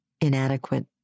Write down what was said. inadequate